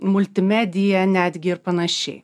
multimedija netgi ir panašiai